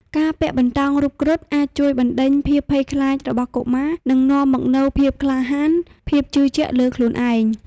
ការពាក់បន្តោងរូបគ្រុឌអាចជួយបណ្ដេញភាពភ័យខ្លាចរបស់កុមារ និងនាំមកនូវភាពក្លាហាន ភាពជឿជាក់លើខ្លួនឯង។